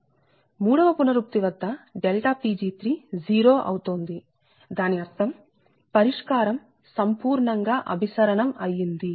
మూడవ పునరుక్తి వద్ద Pg3 0 అవుతోంది దాని అర్థం పరిష్కారం సంపూర్ణంగా అభిసరణం అయ్యింది